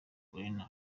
collines